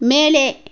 மேலே